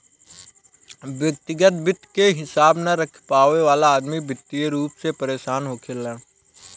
व्यग्तिगत वित्त के हिसाब न रख पावे वाला अदमी वित्तीय रूप से परेसान होखेलेन